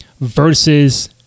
versus